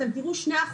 אתם תראו 2%,